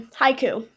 haiku